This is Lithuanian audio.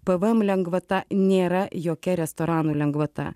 pvm lengvata nėra jokia restoranų lengvata